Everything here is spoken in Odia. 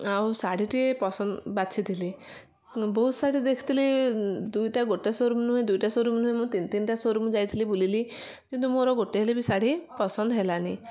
ଆଉ ଶାଢ଼ୀ ଟିଏ ପସନ୍ଦ ବାଛିଥିଲି ବହୁତ ଶାଢ଼ୀ ଦେଖିଥିଲି ଦୁଇଟା ଗୋଟେ ସୋରୁମ୍ ନୁହେଁ ଦୁଇଟା ସୋରୁମ୍ ନୁହେଁ ମୁଁ ତିନ ତିନିଟା ସୋରୁମ୍ ଯାଇଥିଲି ବୁଲିଲି କିନ୍ତୁ ମୋର ଗୋଟେ ହେଲେ ବି ଶାଢ଼ୀ ପସନ୍ଦ ହେଲାନି